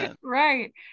right